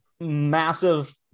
massive